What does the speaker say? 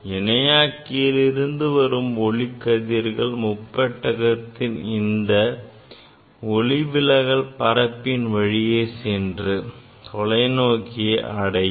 இணையாக்கியில் இருந்து வரும் ஒளிக்கதிர்கள் முப்பட்டகத்தின் இந்த ஒளிவிலகல் பரப்பின் வழியே சென்று தொலைநோக்கியை அடையும்